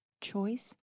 choice